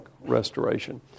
restoration